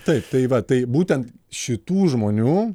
taip tai va tai būtent šitų žmonių